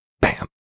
bam